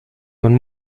man